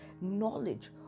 knowledge